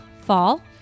fall